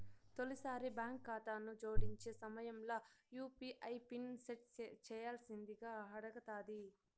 తొలిసారి బాంకు కాతాను జోడించే సమయంల యూ.పీ.ఐ పిన్ సెట్ చేయ్యాల్సిందింగా అడగతాది